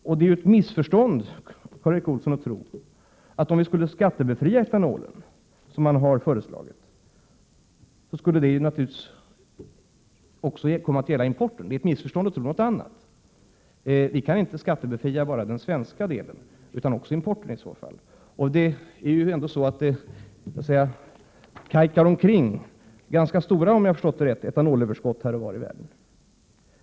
Om vi, Karl Erik Olsson, skulle skattebefria etanolen, som har föreslagits, skulle det naturligtvis också gälla importen. Det är fel att tro något annat. Vi kan inte skattebefria bara så att säga den svenska delen, utan det måste i så fall gälla importen också. Det ”kajkar” omkring ganska stora etanolöverskott, om jag förstått det rätt, här och var i världen.